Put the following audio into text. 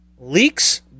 Leaks